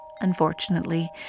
Unfortunately